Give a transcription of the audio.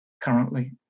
currently